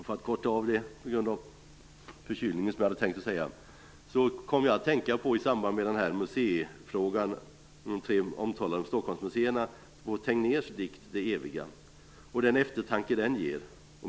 För att korta av - på grund av min förkylning - det som jag hade tänkt att säga kom jag att tänka i samband med frågan om de tre omtalade Stockholmsmuseerna på Tegnérs dikt "Det eviga" och den eftertanke den ger.